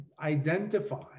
identify